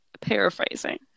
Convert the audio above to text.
paraphrasing